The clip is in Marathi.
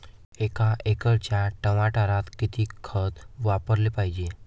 एका एकराच्या टमाटरात किती खत वापराले पायजे?